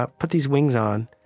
ah put these wings on,